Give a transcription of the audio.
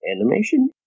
Animation